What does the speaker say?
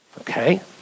Okay